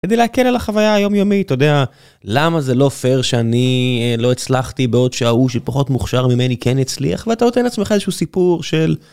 כדי להקל על החוויה היומיומית אתה יודע, למה זה לא פייר שאני לא הצלחתי בעוד שההוא שפחות מוכשר ממני כן הצליח ואתה נותן עצמך איזה שהוא סיפור של.